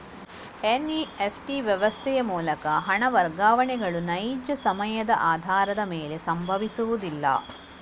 NEFT ವ್ಯವಸ್ಥೆಯ ಮೂಲಕ ಹಣ ವರ್ಗಾವಣೆಗಳು ನೈಜ ಸಮಯದ ಆಧಾರದ ಮೇಲೆ ಸಂಭವಿಸುವುದಿಲ್ಲ